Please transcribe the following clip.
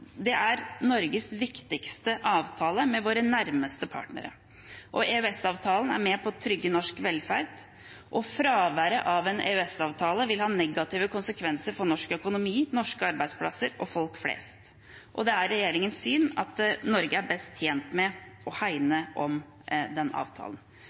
Det er Norges viktigste avtale med våre nærmeste partnere. EØS-avtalen er med på å trygge norsk velferd, og fraværet av en EØS-avtale vil ha negative konsekvenser for norsk økonomi, norske arbeidsplasser og folk flest. Det er regjeringens syn at Norge er best tjent med å hegne om denne avtalen.